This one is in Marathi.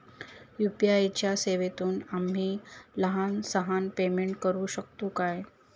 यू.पी.आय च्या सेवेतून आम्ही लहान सहान पेमेंट करू शकतू काय?